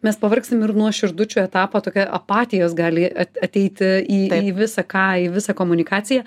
mes pavargsim ir nuo širdučių etapo apatijos gali ateiti į į visą ką į visą komunikaciją